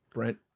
Brent